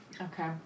Okay